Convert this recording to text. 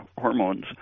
hormones